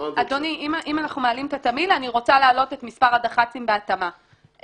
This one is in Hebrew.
אני רוצה להעלות את מספר הדח"צים בהתאמה,